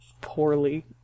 poorly